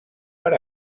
per